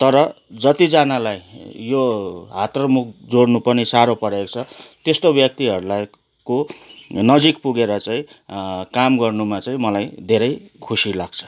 तर जतिजनालाई यो हात र मुख जोड्नु पनि साह्रो परेको छ त्यस्तो व्यक्तिहरूलाईको नजिक पुगेर चाहिँ काम गर्नुमा चाहिँ मलाई धेरै खुसी लाग्छ